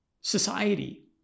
society